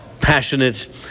passionate